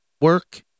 work